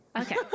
okay